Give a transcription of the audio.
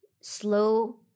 slow